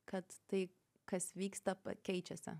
kad tai kas vyksta pa keičiasi